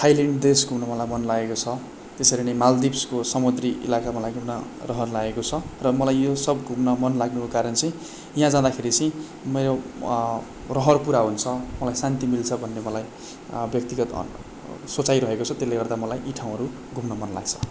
Thailand देश घुम्न मलाई मन लागेको छ त्यसरी नै माल्दिभ्सको समुद्री इलाका मलाई घुम्न रहर लागेको छ र मलाई यो सब घुम्न मन लाग्नुको कारण चाहिँ यहाँ जाँदाखेरि चाहिँ मेरो रहर पुरा हुन्छ मलाई शान्ति मिल्छ भन्ने मलाई व्यक्तिगत सोचाइ रहेको छ त्यसले गर्दा मलाई यी ठाउँहरू घुम्न मन लाग्छ